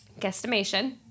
guesstimation